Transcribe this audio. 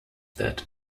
that